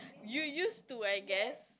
you used to I guess